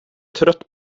trött